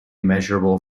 measurable